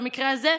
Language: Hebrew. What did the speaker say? במקרה הזה,